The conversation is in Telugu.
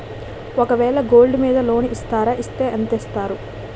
ఒక వేల గోల్డ్ మీద లోన్ ఇస్తారా? ఇస్తే ఎంత ఇస్తారు?